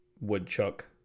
woodchuck